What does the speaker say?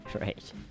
Right